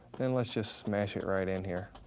then let's just smash it right in here.